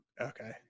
okay